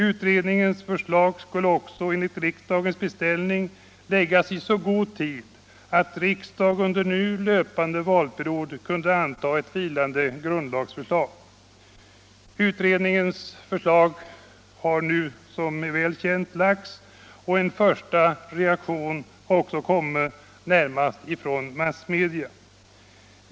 Utredningens förslag skulle också enligt riksdagens beställning läggas i så god tid att riksdagen under den löpande valperioden kunde anta ett vilande grundlagsförslag. Utredningens förslag har nu — som är väl känt — lagts och en första reaktion har också kommit närmast från massmedia.